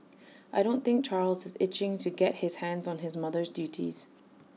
I don't think Charles is itching to get his hands on his mother's duties